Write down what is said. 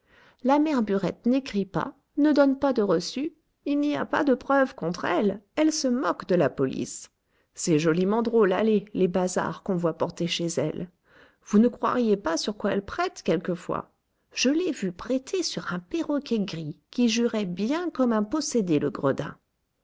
la mère burette n'écrit pas ne donne pas de reçu il n'y a pas de preuves contre elle elle se moque de la police c'est joliment drôle allez les bazards qu'on voit porter chez elle vous ne croiriez pas sur quoi elle prête quelquefois je l'ai vue prêter sur un perroquet gris qui jurait bien comme un possédé le gredin